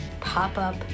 pop-up